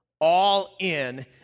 all-in